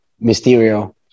Mysterio